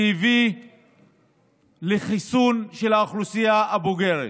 שהביא לחיסון של האוכלוסייה הבוגרת.